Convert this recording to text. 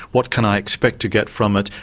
what can i expect to get from it,